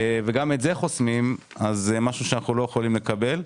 גם את זה חוסמים, שזה משהו שאנחנו לא יכולים לקבל.